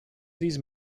these